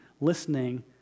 listening